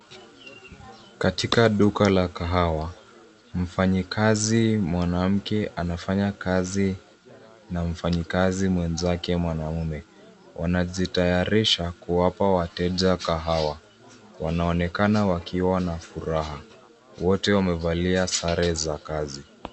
Katika duka la kahawa mfanyikazi mwanamke anafanya kazi na mfanyikazi mwenzake mwanaume, wanajitayarisha kuwapa wateja kahawa wanaonekana wakiwa na furaha , wote wamevalia sare za kazi.